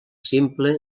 simple